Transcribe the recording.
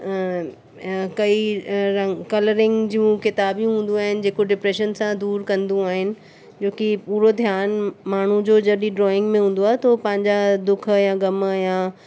कईं रंग कलरिंग जूं किताबूं हूंदियूं आहिनि जेको डिप्रैशन सां दूर कंदियूं आहिनि जो की पूरो ध्यानु माण्हू जो जॾहिं ड्रॉइंग में हूंदो आहे त हो पंहिंजा दुख या ग़म या